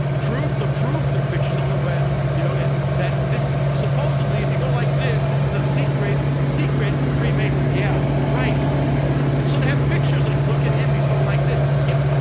proof, the proof, they are pictures on the web you know and that this is supposedly, if you go like this, this is a secret, secret freemason. yeah, right. so they have pictures. look at him. he's going like this. yeah.